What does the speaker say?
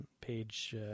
page